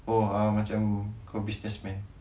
oh uh macam kau businessman